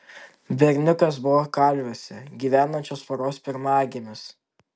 berniukas buvo kalviuose gyvenančios poros pirmagimis